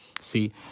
See